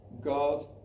God